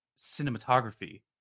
cinematography